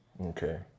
Okay